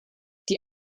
die